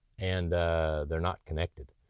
and they're not connected.